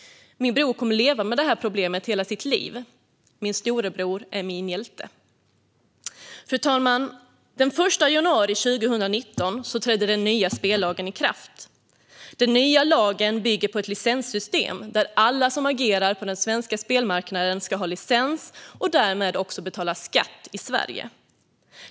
Min bror kommer att leva med detta problem hela sitt liv. Min storebror är min hjälte. Fru talman! Den 1 januari 2019 trädde den nya spellagen i kraft. Den nya lagen bygger på ett licenssystem, där alla som agerar på den svenska spelmarknaden ska ha licens och därmed också betala skatt i Sverige.